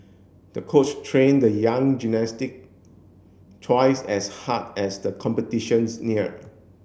the coach trained the young gymnastic twice as hard as the competitions near